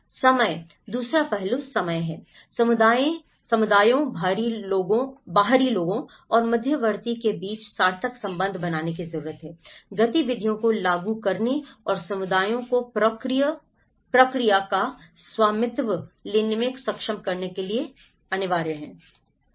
समय दूसरा पहलू समय है समुदायों बाहरी लोगों और मध्यवर्ती के बीच सार्थक संबंध बनाने की जरूरत है गतिविधियों को लागू करने और समुदायों को प्रक्रिया का स्वामित्व लेने में सक्षम करने के लिए बीच बीच में